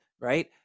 right